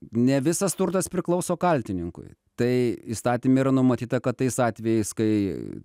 ne visas turtas priklauso kaltininkui tai įstatyme yra numatyta kad tais atvejais kai